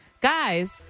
Guys